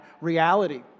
reality